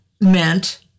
meant